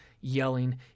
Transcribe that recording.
yelling